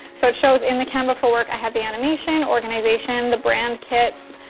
so it shows in the canva for work, i have the animation, organization, the brand kits,